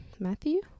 Matthew